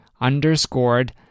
underscored